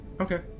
Okay